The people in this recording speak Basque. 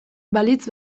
balitz